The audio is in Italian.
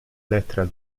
lettera